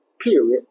period